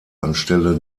anstelle